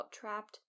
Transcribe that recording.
trapped